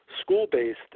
school-based